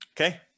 Okay